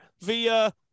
via